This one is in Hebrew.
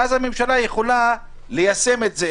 ואז הממשלה יכולה ליישם את זה.